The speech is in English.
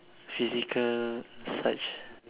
physical such